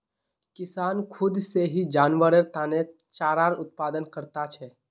किसान खुद से ही जानवरेर तने चारार उत्पादन करता छे